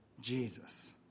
Jesus